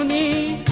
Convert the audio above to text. um a